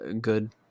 good